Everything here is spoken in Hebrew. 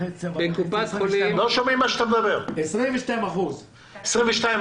22 אחוזים.